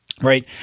Right